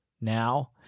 now